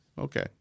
Okay